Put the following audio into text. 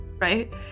right